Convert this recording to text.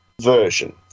version